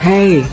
Hey